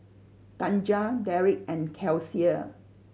Tanja Derek and Kelsea